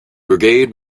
brigade